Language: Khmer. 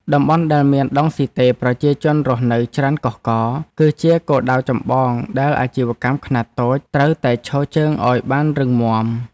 តំបន់ដែលមានដង់ស៊ីតេប្រជាជនរស់នៅច្រើនកុះករ គឺជាគោលដៅចម្បងដែលអាជីវកម្មខ្នាតតូចត្រូវតែឈរជើងឱ្យបានរឹងមាំ។